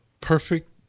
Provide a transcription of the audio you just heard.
perfect